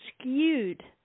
skewed